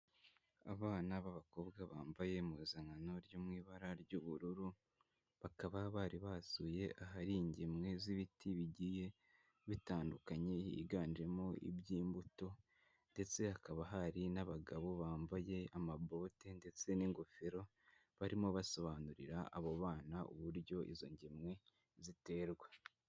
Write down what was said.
Abana b'abakobwa bambaye impuzankano ryo mu ibara ry'ubururu, bakaba bari basuye ahari ingemwe z'ibiti bigiye bitandukanye higanjemo iby'imbuto, ndetse hakaba hari n'abagabo bambaye amabote ndetse n'ingofero barimo basobanurira abo bana uburyo izo ngemwe ziterwa.